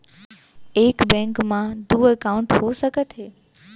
एक बैंक में दू एकाउंट हो सकत हे?